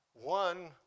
One